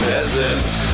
Peasants